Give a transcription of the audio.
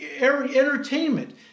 entertainment